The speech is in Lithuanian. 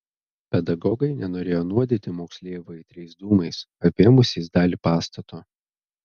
pedagogai nenorėjo nuodyti moksleivių aitriais dūmais apėmusiais dalį pastato